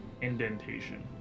indentation